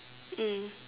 mm